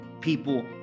people